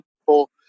people